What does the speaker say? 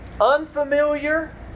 unfamiliar